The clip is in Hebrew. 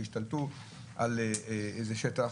שהשתלטו על איזה שטח.